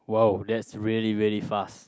whoa that is really really fast